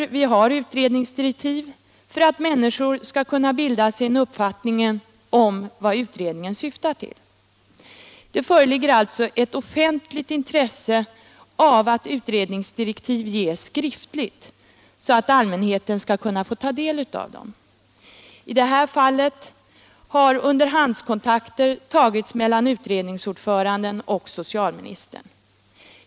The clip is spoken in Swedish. Vi har utredningsdirektiv för att människor skall kunna bilda sig en uppfattning om vad utredningen syftar till. Det föreligger alltså ett offentligt intresse av att utredningsdirektiv ges skriftligt, så att allmänheten skall kunna få del av dem. I detta fall har underhandskontakter tagits mellan utredningsordföranden och socialministern.